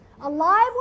alive